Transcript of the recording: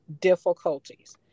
difficulties